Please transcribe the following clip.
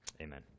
Amen